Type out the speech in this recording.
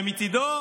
מצידו